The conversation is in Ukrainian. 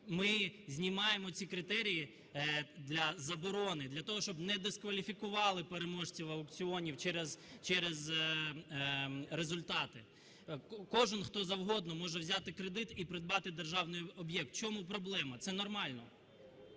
Ми знімаємо ці критерії для заборони для того, щоб не дискваліфікували переможців аукціонів через результати. Кожен, хто завгодно може взяти кредит і придбати державний об'єкт. В чому проблема? Це нормально.